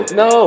no